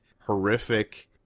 horrific